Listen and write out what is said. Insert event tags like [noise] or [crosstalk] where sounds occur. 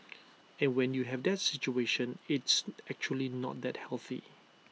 [noise] and when you have that situation it's actually not that healthy